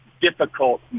difficult